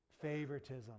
favoritism